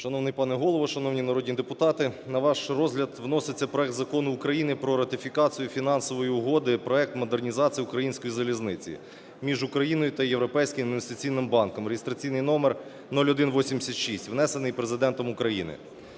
Шановний Голово, шановні народні депутати, на ваш розгляд вноситься проект Закону України про ратифікацію Фінансової угоди (Проект модернізації української залізниці) між Україною та Європейським інвестиційним банком (реєстраційний номер 0186), внесений Президентом України.